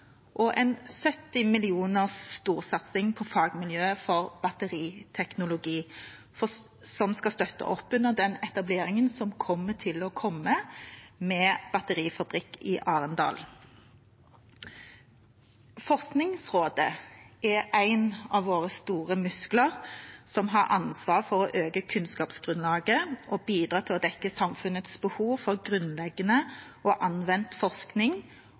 og en storsatsing på 70 mill. kr på fagmiljøet for batteriteknologi, som skal støtte opp under den etableringen som kommer til å komme med batterifabrikk i Arendal. Forskningsrådet er en av våre store muskler som har ansvar for å øke kunnskapsgrunnlaget og bidra til å dekke samfunnets behov for grunnleggende og anvendt forskning